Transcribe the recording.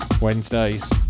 wednesdays